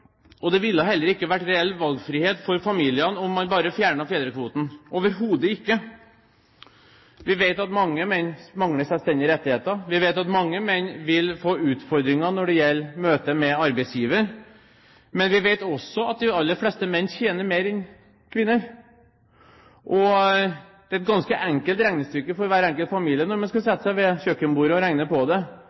og det ville heller ikke vært reell valgfrihet for familien om man bare fjernet fedrekvoten – overhodet ikke. Vi vet at mange menn mangler selvstendige rettigheter. Vi vet at mange menn vil få utfordringer i møte med arbeidsgivere. Men vi vet også at de aller fleste menn tjener mer enn kvinner. Det er et ganske enkelt regnestykke for hver enkelt familie når man skal sette seg ved kjøkkenbordet og regne på det: